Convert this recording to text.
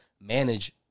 manage